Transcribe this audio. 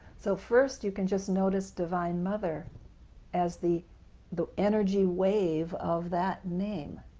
so first you can just notice divine mother as the the energy wave of that name